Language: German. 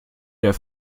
der